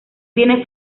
tiene